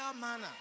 manner